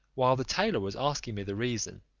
while the tailor was asking me the reason,